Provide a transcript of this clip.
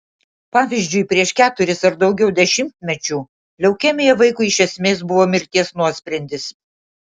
pavyzdžiui prieš keturis ar daugiau dešimtmečių leukemija vaikui iš esmės buvo mirties nuosprendis